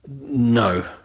No